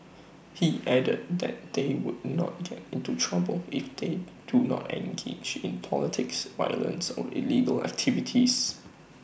he added that they would not get into trouble if they do not engage in politics violence or illegal activities